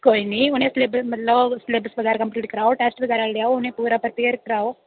कोई नी उ'नें सलेबस मतलब सलेबस बगैरा कम्पलीट कराओ टेस्ट बगैरा लैओ उ'नें पूरा प्रपेयर कराओ